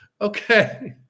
Okay